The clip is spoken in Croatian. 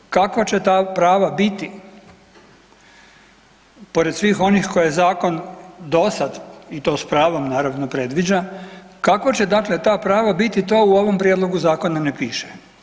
Kakva će ta prava biti pored svih onih koje zakon dosad i to s pravom naravno predviđa, kakva će dakle ta prava biti to u ovom prijedlogu zakona ne piše.